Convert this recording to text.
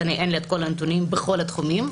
אז אין לי את כל הנתונים בכל התחומים,